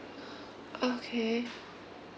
okay